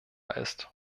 ist